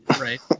right